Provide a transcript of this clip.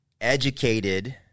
educated